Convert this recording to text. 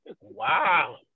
Wow